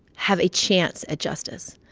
have a chance at justice.